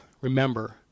remember